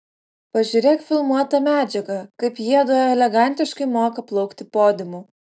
pažiūrėk filmuotą medžiagą kaip jiedu elegantiškai moka plaukti podiumu